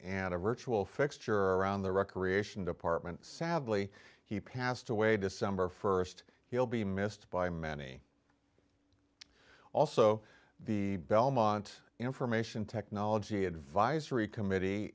and a ritual fixture around the recreation department sadly he passed away december st he'll be missed by many also the belmont information technology advisory committee